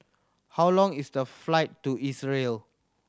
how long is the flight to Israel